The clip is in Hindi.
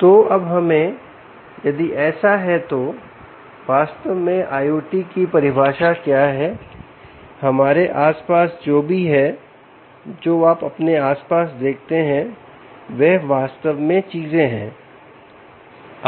तो अब हमें यदि ऐसा है तो वास्तव में IOT की परिभाषा क्या है हमारे आस पास जो भी है जो आप अपने आसपास देखते हैं वह वास्तव में चीजें हैं